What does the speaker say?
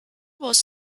was